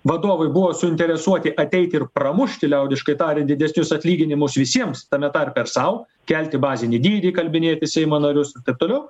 vadovai buvo suinteresuoti ateiti ir pramušti liaudiškai tariant didesnius atlyginimus visiems tame tarpe ir sau kelti bazinį dydį įkalbinėti seimo narius taip toliau